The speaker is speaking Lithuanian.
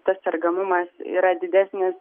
tas sergamumas yra didesnis